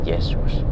Jesus